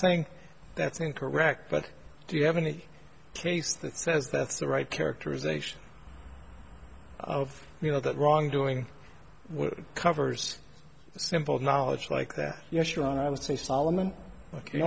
saying that's incorrect but do you have any case that says that's the right characterization of you know that wrongdoing covers simple knowledge like that you know sharon i would say solomon